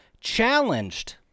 challenged